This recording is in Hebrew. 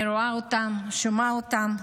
אני רואה אותם, שומעת אותם,